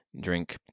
drink